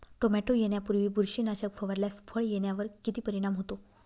Tomato येण्यापूर्वी बुरशीनाशक फवारल्यास फळ येण्यावर किती परिणाम होतो?